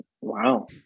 Wow